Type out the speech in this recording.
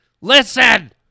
Listen